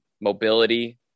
mobility